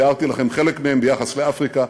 תיארתי לכם חלק מהם ביחס לאפריקה,